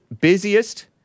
busiest